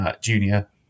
junior